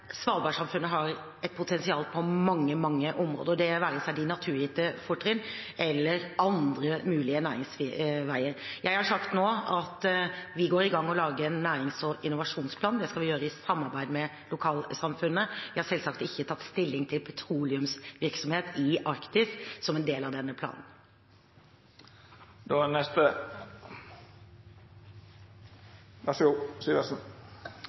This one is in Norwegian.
Svalbardsamfunnet har et potensial på mange områder, det være seg de naturgitte fortrinn eller andre mulige næringsveier. Jeg har sagt nå at vi går i gang med å lage en nærings- og innovasjonsplan. Det skal vi gjøre i samarbeid med lokalsamfunnet. Jeg har selvsagt ikke tatt stilling til petroleumsvirksomhet i Arktis som en del av denne planen.